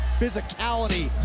physicality